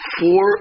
four